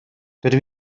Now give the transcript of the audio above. dydw